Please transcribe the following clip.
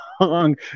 long